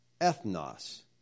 ethnos